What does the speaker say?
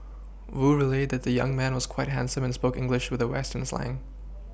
Wu relayed that the young man was quite handsome and spoke English with the Western slang